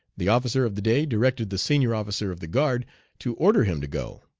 the officer of the day directed the senior officer of the guard to order him to go.